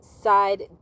side